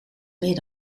meer